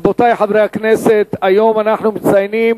רבותי חברי הכנסת, היום אנחנו מציינים